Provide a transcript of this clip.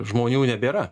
žmonių nebėra